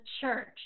church